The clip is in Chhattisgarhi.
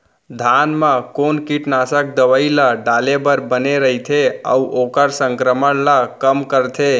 धान म कोन कीटनाशक दवई ल डाले बर बने रइथे, अऊ ओखर संक्रमण ल कम करथें?